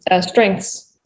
strengths